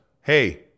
hey